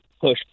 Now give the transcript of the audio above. push